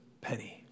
penny